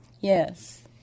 Yes